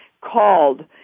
called